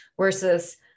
versus